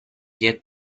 yet